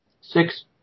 Six